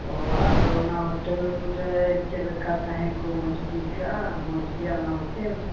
ᱚᱻ ᱟᱫᱚ ᱚᱱᱟ ᱦᱳᱴᱮᱹᱞᱨᱮ ᱪᱮᱫᱞᱮᱠᱟ ᱛᱟᱦᱮᱸᱠᱚ ᱢᱚᱡᱽᱜᱮ ᱟᱹᱭᱠᱟᱹᱜᱼᱟ ᱢᱚᱡᱽᱜᱮᱭᱟ ᱚᱱᱟ ᱦᱳᱴᱮᱹᱞ